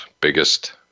biggest